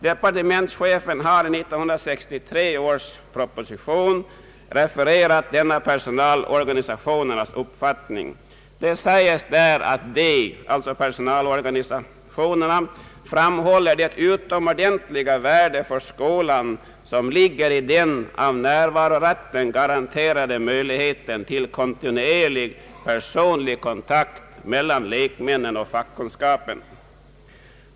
Departementschefen har i 1963 års proposition refererat denna personalorganisationernas uppfattning. Det sägs där att personalorganisationerna framhåller det utomordentliga värde för skolan som ligger i den av närvarorätten garanterade möjligheten till kontinuerlig personlig kontakt mellan lekmännen och fackkunskapen.